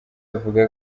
avuga